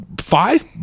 five